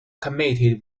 committed